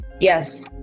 yes